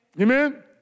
Amen